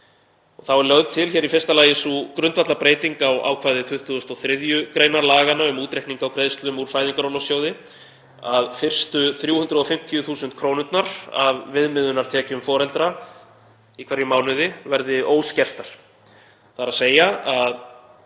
Þá er lögð til í fyrsta lagi sú grundvallarbreyting á ákvæði 23. gr. laganna, um útreikning á greiðslum úr Fæðingarorlofssjóði, að fyrstu 350.000 krónurnar af viðmiðunartekjum foreldra í hverjum mánuði verði óskertar, þ.e. að þessi